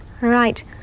right